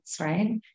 right